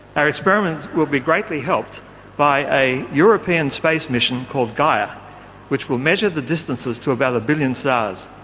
our experiment will be greatly helped by a european space mission called gaia which will measure the distances to about a billion stars.